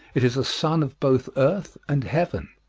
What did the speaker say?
it is a son of both earth and heaven.